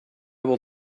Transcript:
will